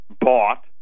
bought